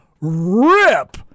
rip